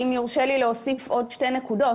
אם יורשה לי להוסיף עוד שתי נקודות.